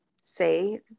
say